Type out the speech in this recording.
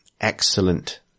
Excellent